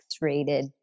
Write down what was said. rated